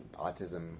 Autism